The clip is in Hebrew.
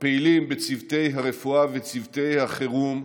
הפעילים בצוותי הרפואה וצוותי החירום,